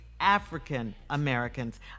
African-Americans